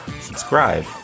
subscribe